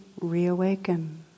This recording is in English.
reawaken